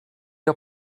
are